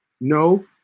No